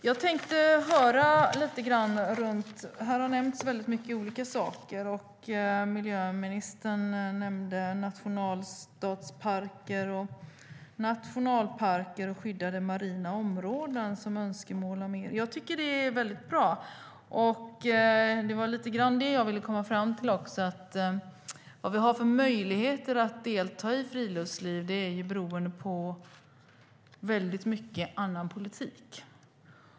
Många olika saker har nämnts, och miljöministern nämnde önskemål om mer nationalstatsparker, nationalparker och skyddade marina områden. Det är bra. Jag vill också komma fram till att vilka möjligheter vi har för att delta i friluftsliv är beroende av mycket annan politik.